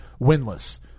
winless